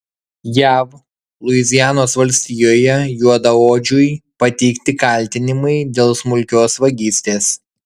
jav luizianos valstijoje juodaodžiui pateikti kaltinimai dėl smulkios vagystės